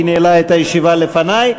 היא ניהלה את הישיבה לפני.